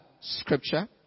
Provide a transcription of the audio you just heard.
scripture